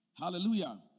Hallelujah